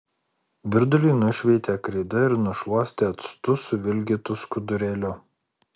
virdulį nušveitė kreida ir nušluostė actu suvilgytu skudurėliu